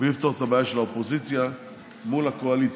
בלי לפתור את הבעיה של האופוזיציה מול הקואליציה,